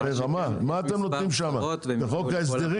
מה אתם נותנים שם, את חוק ההסדרים?